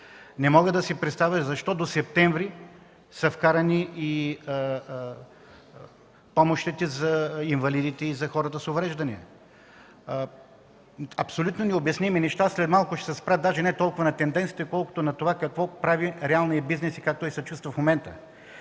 Не мога да си представя защо до септември са вкарани и помощите за инвалидите и за хората с увреждания. Това са абсолютно необясними неща. След малко ще се спра не толкова на тенденциите, колкото на това какво прави реалният бизнес и как се чувства в момента.